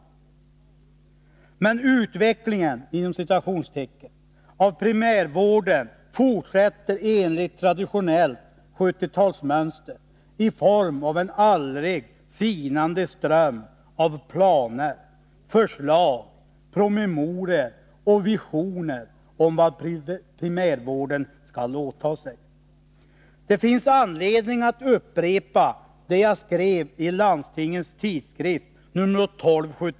Men ”utvecklingen” av primärvården fortsätter enligt traditionellt 70-tals mönster i form av en aldrig sinande ström av planer, förslag, promemorier och visioner om vad primärvården skall åta sig. Det finns anledning att upprepa det jag skrev i Landstingens Tidskrift nr 12/79.